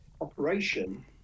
operation